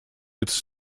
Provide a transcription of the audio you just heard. its